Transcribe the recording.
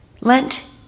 Lent